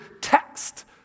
text